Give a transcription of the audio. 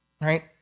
right